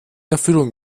erfüllung